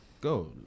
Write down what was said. go